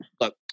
look